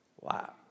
wow